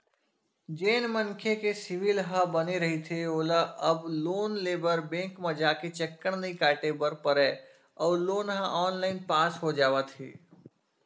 जेन मनखे के सिविल ह बने रहिथे ओला अब लोन लेबर बेंक म जाके चक्कर नइ काटे बर परय अउ लोन ह ऑनलाईन पास हो जावत हे